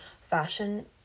fashion